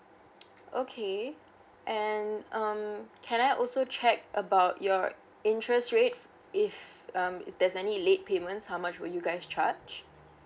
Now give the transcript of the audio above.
okay and um can I also check about your interest rate if um if there's any late payments how much will you guys charge